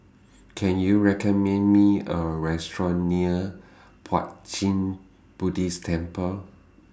Can YOU recommend Me A Restaurant near Puat Jit Buddhist Temple